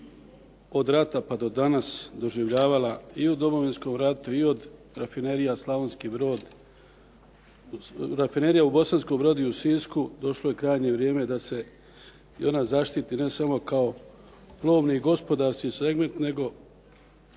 od rata pa do danas doživljavala i u Domovinskom ratu i od rafinerija Slavonski Brod, rafinerija u Bosanskom Brodu i u Sisku, došlo je krajnje vrijeme da se i ona zaštiti ne samo kao plovni i gospodarski segment nego